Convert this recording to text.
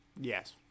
yes